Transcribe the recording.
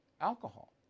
alcohol